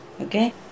okay